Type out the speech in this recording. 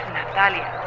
Natalia